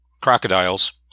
crocodiles